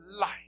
life